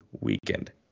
weekend